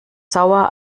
sauer